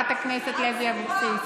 חברת הכנסת לוי אבוקסיס.